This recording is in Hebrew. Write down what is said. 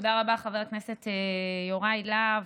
תודה רבה, חבר הכנסת יוראי להב.